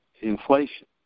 inflation